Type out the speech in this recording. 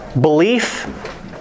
belief